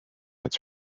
its